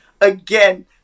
Again